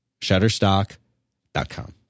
Shutterstock.com